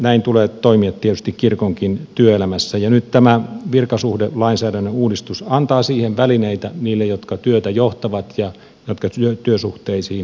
näin tulee toimia tietysti kirkonkin työelämässä ja nyt tämä virkasuhdelainsäädännön uudistus antaa siihen välineitä niille jotka työtä johtavat ja jotka työsuhteisiin lähtevät